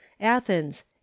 athens